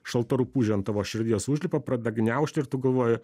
šalta rupūžė ant tavo širdies užlipa pradeda gniaužti ir tu galvoji